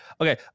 Okay